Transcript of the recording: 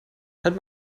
halt